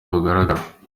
bugaragara